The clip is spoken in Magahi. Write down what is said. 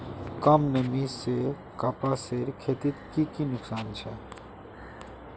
कम नमी से कपासेर खेतीत की की नुकसान छे?